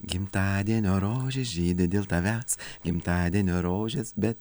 gimtadienio rožės žydi dėl tavęs gimtadienio rožės bet